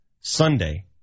Sunday